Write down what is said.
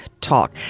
Talk